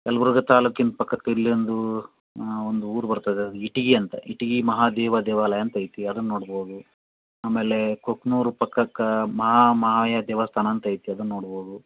ಕಲ್ಬುರ್ಗಿ ತಾಲೂಕಿನ ಪಕ್ಕಕ್ಕೆ ಇಲ್ಲಿ ಒಂದು ಒಂದು ಊರು ಬರ್ತದೆ ಇಟಗಿ ಅಂತ ಇಟಗಿ ಮಹಾದೇವ ದೇವಾಲಯ ಅಂತ ಐತಿ ಅದನ್ನು ನೋಡ್ಬೌದು ಆಮೇಲೆ ಕೂಕ್ನೂರು ಪಕ್ಕಕ್ಕೆ ಮಹಾ ಮಾಯಾ ದೇವಸ್ಥಾನ ಅಂತ ಐತಿ ಅದನ್ನು ನೋಡ್ಬೌದು